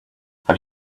have